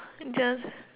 just